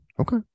okay